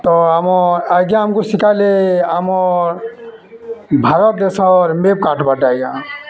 ତ ଆମର୍ ଆଜ୍ଞା ଆମ୍କୁ ଶିଖାଲେ ଆମର୍ ଭାରତ ଦେଶର ମେପ୍ କାଟ୍ବାର୍ଟା ଆଜ୍ଞା